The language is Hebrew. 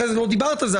אחרי זה לא דיברת על זה,